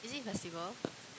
is it festival